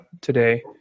today